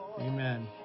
Amen